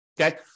okay